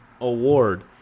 Award